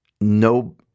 no